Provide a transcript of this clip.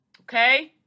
Okay